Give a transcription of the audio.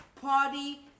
party